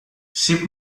ship